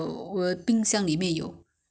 可以 mah just just um